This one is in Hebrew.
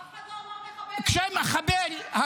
אף אחד לא אמר "מחבל", אני ישבתי ושמעתי.